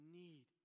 need